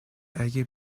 اگه